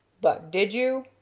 but did you?